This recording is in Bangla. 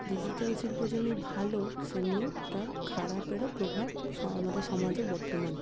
ডিজিটাল শিল্প যেমনি ভালো সেমনি তার খারাপেরও প্রভাব স আমাদের সমাজে বর্তমান